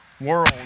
world